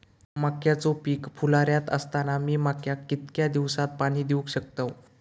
मक्याचो पीक फुलोऱ्यात असताना मी मक्याक कितक्या दिवसात पाणी देऊक शकताव?